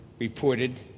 reported,